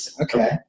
Okay